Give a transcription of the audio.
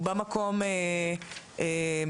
הוא במקום מטפל.